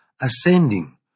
ascending